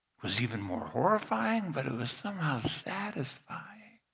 was even more horrifying, but it was somehow satisfying,